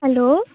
hello